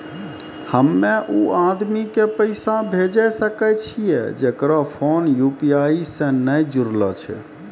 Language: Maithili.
हम्मय उ आदमी के पैसा भेजै सकय छियै जेकरो फोन यु.पी.आई से नैय जूरलो छै?